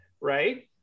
right